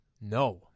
No